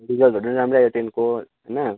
रिजल्टहरू नि राम्रै आयो टेनको होइन